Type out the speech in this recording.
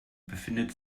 befindet